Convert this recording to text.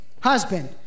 husband